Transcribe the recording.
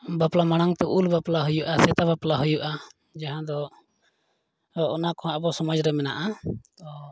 ᱵᱟᱯᱞᱟ ᱢᱟᱲᱟᱝᱛᱮ ᱩᱞ ᱵᱟᱯᱞᱟ ᱦᱩᱭᱩᱜᱼᱟ ᱥᱮᱛᱟ ᱵᱟᱯᱞᱟ ᱦᱩᱭᱩᱜᱼᱟ ᱡᱟᱦᱟᱸ ᱫᱚ ᱚᱱᱟ ᱠᱚᱦᱚᱸ ᱟᱵᱚ ᱥᱚᱢᱟᱡᱽ ᱨᱮ ᱢᱮᱱᱟᱜᱼᱟ ᱛᱚ